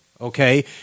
Okay